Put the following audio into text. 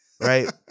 Right